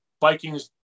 Vikings